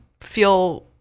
feel